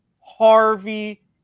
Harvey